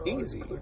easy